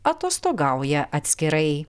atostogauja atskirai